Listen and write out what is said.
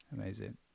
Amazing